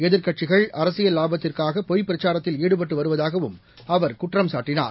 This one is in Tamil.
எதிர்க்கட்சிகள் அரசியல் லாபத்திற்காக பொய்ப்பிரச்சாரத்தில் ஈடுபட்டு வருவதாகவும் அவர் குற்றம் சாட்டினார்